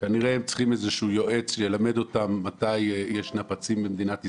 כנראה הם צריכים איזשהו יועץ שילמד אותם מתי יש נפצים במדינת ישראל.